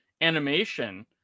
animation